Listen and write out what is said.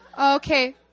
Okay